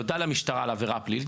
נודע למשטרה על עבירה פלילית,